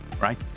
right